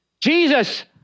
Jesus